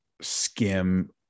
skim